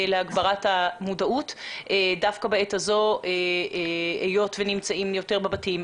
להגברת המודעות דווקא בעת הזו היות ונמצאים יותר בבתים,